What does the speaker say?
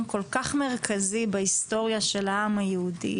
כל-כך מרכזי בהיסטוריה של העם היהודי